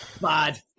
Bad